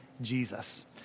Jesus